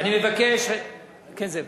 אני מבקש, כן, זאב.